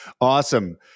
Awesome